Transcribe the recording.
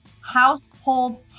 Household